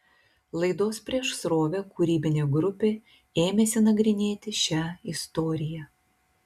laidos prieš srovę kūrybinė grupė ėmėsi nagrinėti šią istoriją